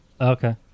Okay